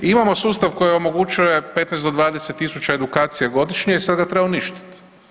Imamo sustav koji omogućuje 15 do 20.000 edukacija godišnje i sad ga treba uništiti.